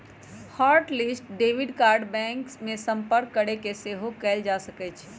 hot list debit card bank में संपर्क कऽके सेहो कएल जा सकइ छै